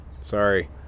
sorry